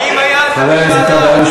האם היה על זה משאל עם?